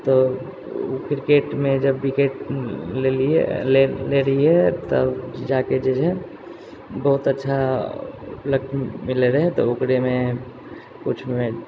तऽ क्रिकेटमे जब विकेट लेलिये लेने रहियै तऽ जाकऽ जे छै से बहुत अच्छा लक मिलय रहै तऽ ओकरेमे कुछ मेडल